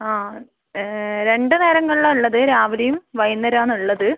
ആ രണ്ട് നേരങ്ങളിലാണ് ഉള്ളത് രാവിലെയും വൈകുന്നേരാണ് ഉള്ളത്